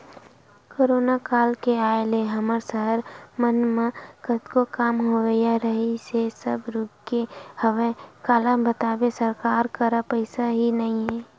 corona काल के आय ले हमर सहर मन म कतको काम होवइया रिहिस हे सब रुकगे हवय काला बताबे सरकार करा पइसा ही नइ ह